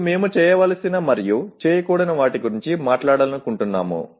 ఇప్పుడు మేము చేయవలసినవి మరియు చేయకూడని వాటి గురించి మాట్లాడాలనుకుంటున్నాము